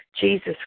Jesus